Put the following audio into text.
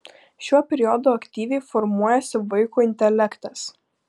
šiuo periodu aktyviai formuojasi vaiko intelektas